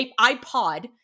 iPod